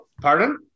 pardon